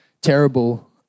terrible